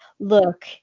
Look